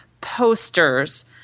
posters